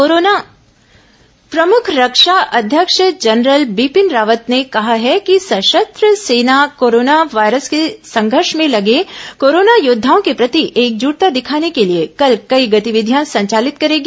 corona वायुसेना प्रमुख रक्षा अध्यक्ष जनरल बिपिन रावत ने कहा है कि सशस्त्र सेना कोरोना वायरस से संघर्ष में लगे कोरोना योद्धाओं के प्रति एकजुटता दिखाने के लिए कल कई गतिविधियां संचालित करेगी